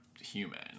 human